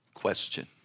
Question